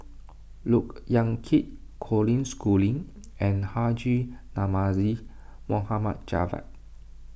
Look Yan Kit Colin Schooling and Haji Namazie Mohd Javad